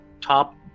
Top